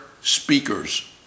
speakers